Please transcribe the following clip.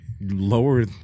lower